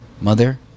mother